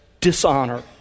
dishonor